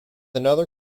another